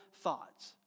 thoughts